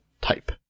type